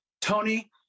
tony